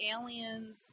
aliens